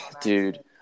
Dude